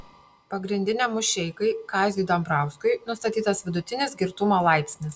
pagrindiniam mušeikai kaziui dambrauskui nustatytas vidutinis girtumo laipsnis